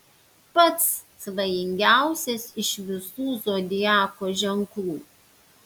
pats svajingiausias iš visų zodiako ženklų